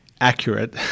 Accurate